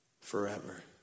forever